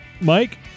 Mike